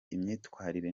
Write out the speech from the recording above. imyitwarire